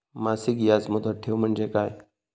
मासिक याज मुदत ठेव म्हणजे काय?